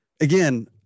Again